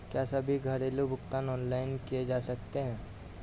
क्या सभी घरेलू भुगतान ऑनलाइन किए जा सकते हैं?